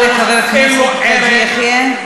תודה רבה, חבר הכנסת חאג' יחיא.